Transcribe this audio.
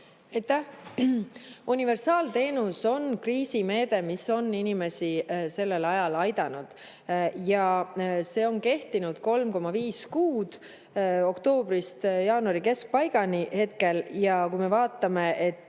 Universaalteenus on kriisimeede, mis on inimesi sellel ajal aidanud. See on kehtinud 3,5 kuud – oktoobrist jaanuari keskpaigani [praeguse seisuga]. Kui me vaatame, et